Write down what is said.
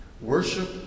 worship